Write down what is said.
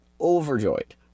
overjoyed